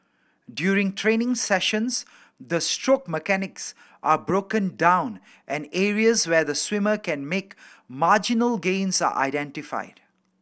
during training sessions the stroke mechanics are broken down and areas where the swimmer can make marginal gains are identified